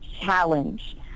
challenge